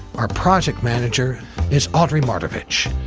our project manager is audrey mardavich,